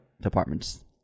departments